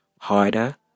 harder